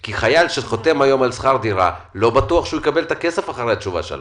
כי לא בטוח שחייל שחותם היום על שכר דירה יקבל את הכסף אחרי התשובה שלך.